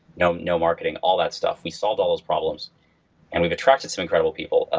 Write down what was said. no no marketing, all that stuff. we solved all those problems and we've attracted some incredible people. ah